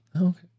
Okay